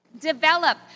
Develop